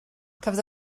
cafodd